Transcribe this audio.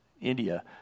India